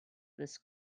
this